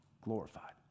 glorified